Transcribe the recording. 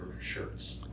shirts